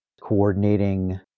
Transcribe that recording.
coordinating